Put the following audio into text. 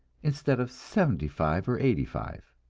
instead of seventy-five or eighty-five.